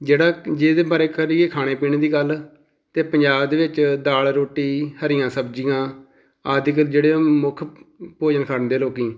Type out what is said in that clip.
ਜਿਹੜਾ ਜੇ ਇਹਦੇ ਬਾਰੇ ਕਰੀਏ ਖਾਣੇ ਪੀਣੇ ਦੀ ਗੱਲ ਤਾਂ ਪੰਜਾਬ ਦੇ ਵਿੱਚ ਦਾਲ ਰੋਟੀ ਹਰੀਆਂ ਸਬਜ਼ੀਆਂ ਆਦਿ ਜਿਹੜੇ ਉਹ ਮੁੱਖ ਭੋਜਨ ਖਾਂਦੇ ਲੋਕ